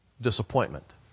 Disappointment